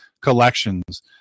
collections